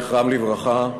זכרם לברכה,